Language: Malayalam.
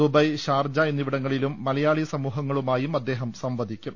ദുബായ് ഷാർജ എന്നിവിടങ്ങളിലും മലയാളി സമൂഹങ്ങളുമായും അദ്ദേഹം സംവദിക്കും